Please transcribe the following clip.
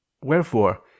wherefore